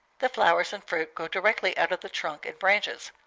the flowers and fruit grow directly out of the trunk and branches.